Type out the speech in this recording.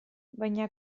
baina